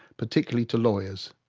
particularly to lawyers.